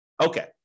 Okay